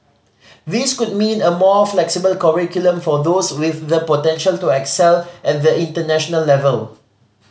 this could mean a more flexible curriculum for those with the potential to excel at the international level